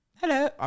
Hello